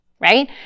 right